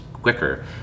quicker